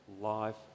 life